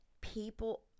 people